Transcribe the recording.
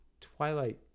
Twilight